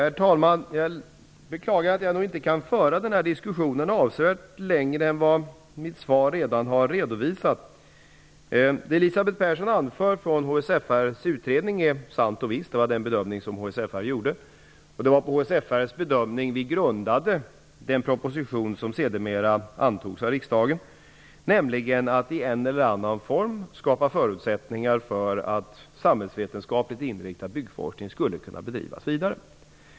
Herr talman! Jag beklagar att jag inte kan föra denna diskussion avsevärt längre än vad jag redan har redovisat i mitt svar. Vad Elisabeth Persson anför om HSFR:s utredningen är sant och visst. Det var den bedömning som HSFR gjorde. Det var den bedömningen som vi grundade den proposition på som sedermera antogs av riksdagen. Man skulle i en eller annan form skapa förutsättningar för att samhällsvetenskapligt inriktad byggforskning skulle kunna bedrivas vidare.